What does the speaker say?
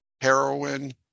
heroin